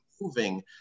moving